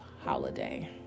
holiday